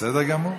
בסדר גמור.